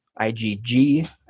IgG